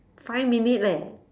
five minute leh